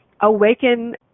awaken